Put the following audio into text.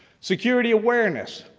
security awareness.